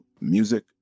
Music